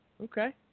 Okay